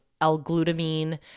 L-glutamine